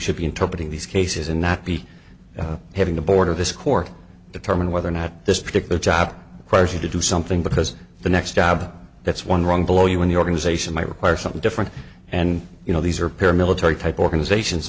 should be interpret in these cases and not be having the board of this court determine whether or not this particular job pressure to do something because the next job that's one rung below you in the organization might require something different and you know these are paramilitary type organizations